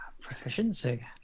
Proficiency